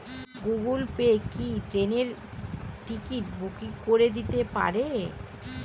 Google Pay কি ট্রেনের ticket booking করে দিতে পারে?